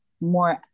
more